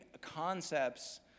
concepts